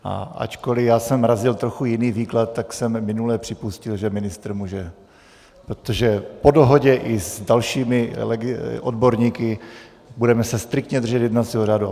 A ačkoli já jsem razil trochu jiný výklad, tak jsem minule připustil, že ministr může, protože po dohodě i s dalšími odborníky se budeme striktně držet jednacího řádu.